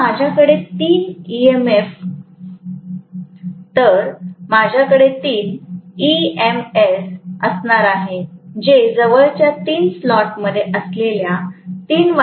तर माझ्याकडे तीन ईएमएस असणार आहेत जे जवळच्या तीन स्लॉटमध्ये असलेल्या तीन वाईंडिंग्सशी संबंधित आहेत